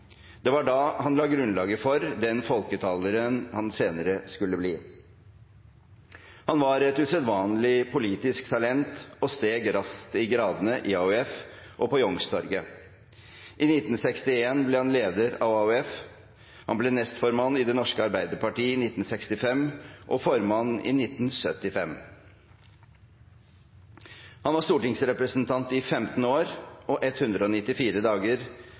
Det var da han la grunnlaget for den folketaleren han senere skulle bli. Han var et usedvanlig politisk talent og steg raskt i gradene i AUF og på Youngstorget. I 1961 ble han leder av AUF, han ble nestformann i Det norske Arbeiderparti i 1965 og formann i 1975. Han var stortingsrepresentant i 15 år og 194 dager,